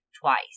twice